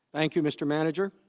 thank you mr. manager